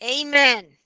Amen